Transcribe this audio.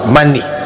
money